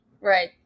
right